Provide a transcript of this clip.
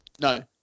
no